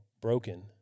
broken